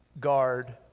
guard